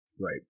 Right